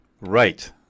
Right